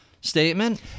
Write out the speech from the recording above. statement